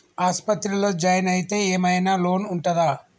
ఆస్పత్రి లో జాయిన్ అయితే ఏం ఐనా లోన్ ఉంటదా?